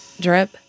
drip